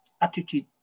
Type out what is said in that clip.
attitude